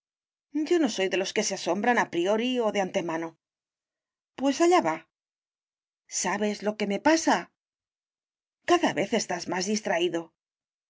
yo no soy de los que se asombran a priori o de antemano pues allá va sabes lo que me pasa que cada vez estás más distraído